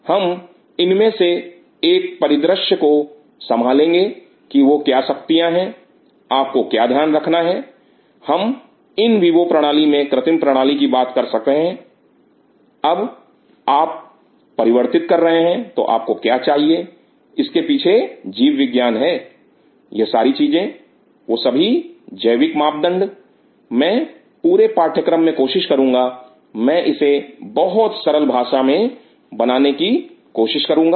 हम इनमें से एक परिदृश्य को संभालेंगे की वह क्या शक्तियां हैं आपको क्या ध्यान रखना है हम Refer Time 2729 इन विवो प्रणाली में कृत्रिम प्रणाली की बात कर रहे हैं जब आप परिवर्तित कर रहे हैं तो आपको क्या चाहिए इसके पीछे जीवविज्ञान है यह सारी चीजें वो सभी जैविक मापदंड मैं पूरे पाठ्यक्रम में कोशिश करूंगा मैं इसे बहुत सरल बनाने की कोशिश करूंगा